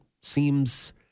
seems